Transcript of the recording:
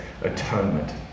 atonement